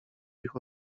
ich